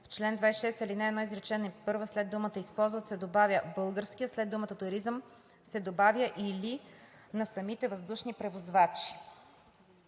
в чл. 26, ал. 1, изречение първо след думата „използват“ се добавя „български“, а след думата „туризъм“ се добавя „или на самите въздушни превозвачи“.“